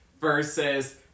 versus